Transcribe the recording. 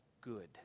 good